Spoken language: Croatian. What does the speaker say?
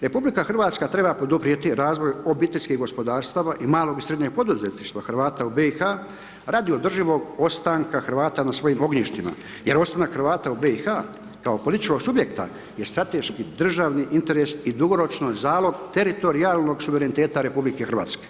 RH treba poduprijeti razvoj obiteljskih gospodarstava i malog i srednjeg poduzetništva Hrvata BiH radi održivog ostanka Hrvata na svojim ognjištima jer ostanak Hrvata u BiH kao političkog subjekta je strateški, državni interes i dugoročno zalog teritorijalnog suvereniteta RH.